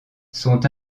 sont